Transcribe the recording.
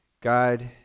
God